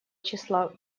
числа